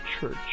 church